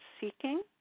seeking